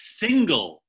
single